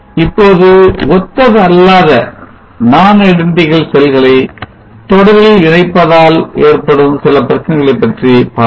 இப்பொழுது ஒத்ததல்லாத செல்களை தொடரில் இணைப்பதில் ஏற்படும் சில பிரச்சினைகளைப் பற்றி பார்ப்போம்